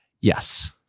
Yes